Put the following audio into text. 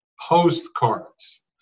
postcards